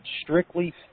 strictly